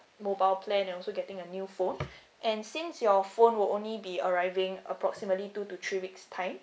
mobile plan and also getting a new phone and since your phone will only be arriving approximately two to three weeks time